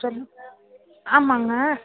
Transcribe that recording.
சொல்லுங்கள் ஆமாங்க